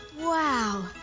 Wow